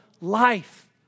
life